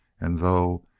and though,